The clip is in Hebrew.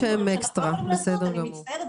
אנחנו לא יכולים לעשות.